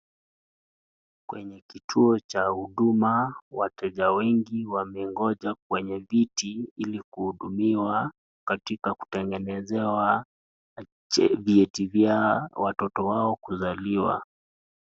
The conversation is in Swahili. Kwenye kituo cha huduma wateja wengi wamegonja kwenye viti ili kuhudumiwa katika kutegenezewa vyeti vya watoto wao kuzaliwa.